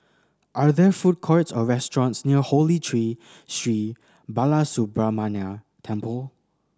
are there food courts or restaurants near Holy Tree Sri Balasubramaniar Temple